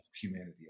humanity